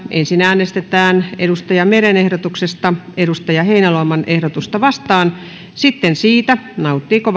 ensin äänestetään leena meren ehdotuksesta eero heinäluoman ehdotusta vastaan ja sitten siitä nauttiiko